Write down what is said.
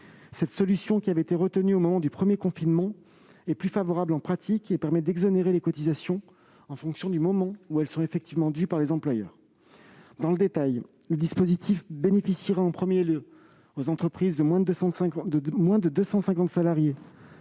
Cette solution, qui avait déjà été retenue au moment du premier confinement, est en pratique plus favorable ; elle permet d'exonérer les entreprises de cotisations en fonction du moment où elles sont effectivement dues par les employeurs. Dans le détail, le dispositif bénéficiera en premier lieu aux entreprises de moins de 250 salariés